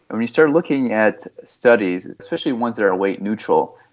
when you start looking at studies, and especially ones that are weight neutral,